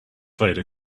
vader